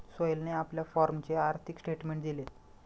सोहेलने आपल्या फॉर्मचे आर्थिक स्टेटमेंट दिले